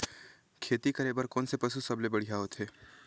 खेती करे बर कोन से पशु सबले बढ़िया होथे?